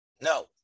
No